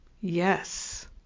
yes